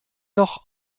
noch